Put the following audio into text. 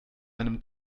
einem